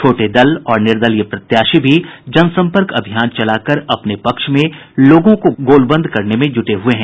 छोटे दल और निर्दलीय उम्मीदवार भी जनसंपर्क अभियान चलाकर अपने पक्ष में लोगों को गोलबंद करने में जुटे हुए हैं